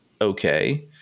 okay